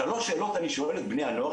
שלוש שאלות אני שואל את בני הנוער,